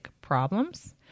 problems